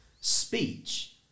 speech